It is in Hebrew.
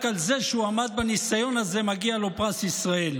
רק על זה שהוא עמד בניסיון הזה מגיע לו פרס ישראל.